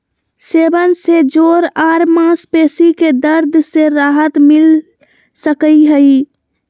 सेवन से जोड़ आर मांसपेशी के दर्द से राहत मिल सकई हई